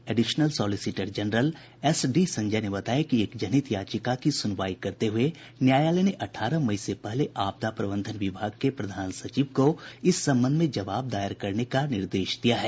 additional solicitor general S D Sanjay ने बताया कि एक जनहित याचिका की सुनवाई करते हुए न्यायालय ने अठारह मई से पहले आपदा प्रबंधन विभाग के प्रधान सचिव को इस संबंध में जबाव दायर करने का निर्देश दिया है